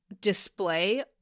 display